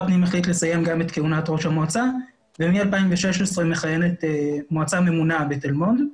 את כהונת ראש המועצה ומשנת 2016 מכהנת מועצה ממונה בתל מונד.